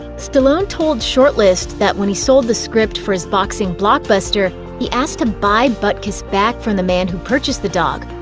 stallone told shortlist that when he sold the script for his boxing blockbuster, he asked to buy butkus back from the man who purchased the dog,